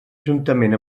juntament